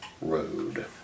road